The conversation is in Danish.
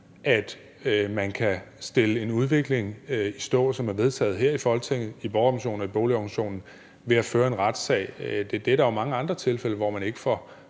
at man kan sætte en udvikling i stå, som er vedtaget her i Folketinget, i Borgerrepræsentationen og i boligorganisationen ved at føre en retssag. Der er jo mange andre tilfælde, hvor det ikke har